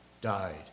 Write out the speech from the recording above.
Died